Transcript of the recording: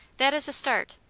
that is the start.